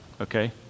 okay